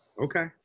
Okay